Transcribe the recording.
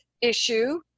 issue